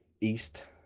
east